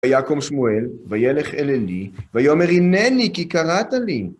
ויקום שמואל, וילך אל עלי, ויאמר, הנני, כי קראת לי.